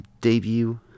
debut